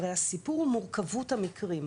הרי הסיפור הוא מורכבות המקרים.